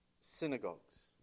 synagogues